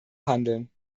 handeln